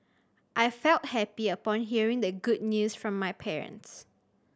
I felt happy upon hearing the good news from my parents